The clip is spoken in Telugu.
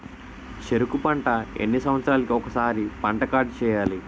చెరుకు పంట ఎన్ని సంవత్సరాలకి ఒక్కసారి పంట కార్డ్ చెయ్యాలి?